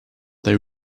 they